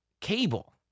cable